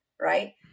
right